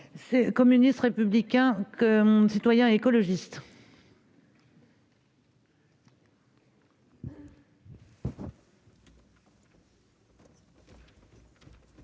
groupe communiste républicain citoyen et écologiste.